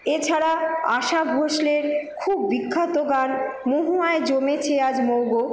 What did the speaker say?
এছাড়া আশা ভোসলের খুব বিখ্যাত গান মহুয়ায় জমেছে আজ মৌ গো